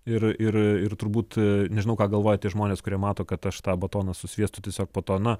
ir ir ir turbūt nežinau ką galvoja tie žmonės kurie mato kad aš tą batoną su sviestu tiesiog po to na